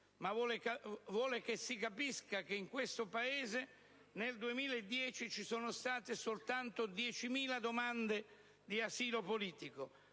purché si capisca che in questo Paese nel 2010 vi sono state soltanto 10.000 domande di asilo politico,